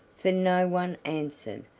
for no one answered,